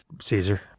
Caesar